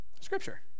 Scripture